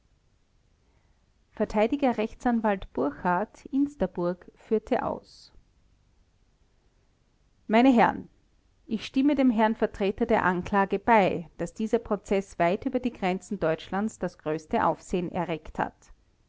verteidiger rechtsanwalt burchard insterburg führte aus meine herren ich stimme dem herrn vertreter der anklage bei daß dieser prozeß weit über die grenzen deutschlands das größte aufsehen erregt hat